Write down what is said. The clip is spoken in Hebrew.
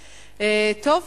טוב,